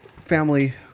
family